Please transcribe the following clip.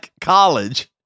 college